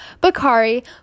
Bakari